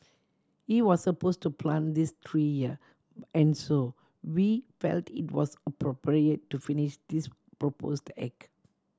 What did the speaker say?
he was suppose to plant this tree here and so we felt it was appropriate to finish this proposed act